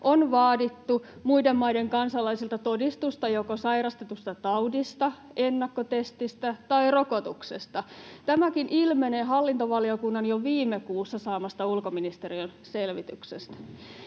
on vaadittu muiden maiden kansalaisilta todistusta joko sairastetusta taudista, ennakkotestistä tai rokotuksesta. Tämäkin ilmenee hallintovaliokunnan jo viime kuussa saamasta ulkoministeriön selvityksestä.